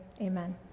amen